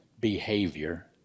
Behavior